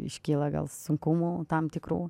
iškyla gal sunkumų tam tikrų